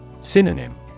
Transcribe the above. Synonym